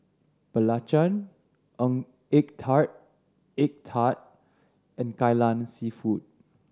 belacan ng egg tart egg tart and Kai Lan Seafood